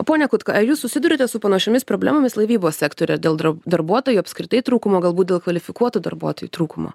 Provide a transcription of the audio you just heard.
pone kutka ar jūs susiduriate su panašiomis problemomis laivybos sektoriuje dėl darbuotojų apskritai trūkumo galbūt dėl kvalifikuotų darbuotojų trūkumo